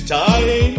time